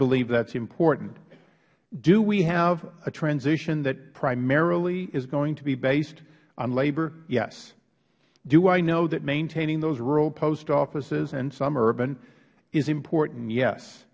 believe that is important do we have a transition that primarily is going to be based on labor yes do i know that maintaining those rural post offices and some urban is important yes